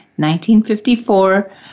1954